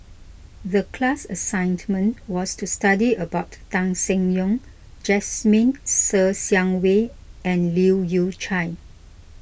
the class assignment was to study about Tan Seng Yong Jasmine Ser Xiang Wei and Leu Yew Chye